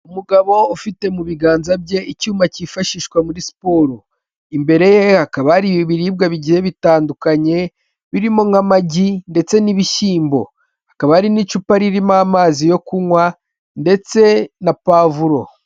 Umugabo ufite mu biganza bye icyuma cyifashishwa muri siporo, imbere hakaba hari ibiribwa bigiye bitandukanye birimo nk'amagi ndetse n'ibishyimbo, hakaba ari n'icupa ririmo amazi yo kunywa ndetse na pavuro.